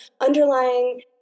underlying